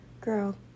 girl